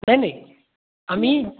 नाही नाही आम्ही